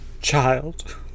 child